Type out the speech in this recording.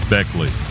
Beckley